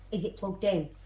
is it plugged in?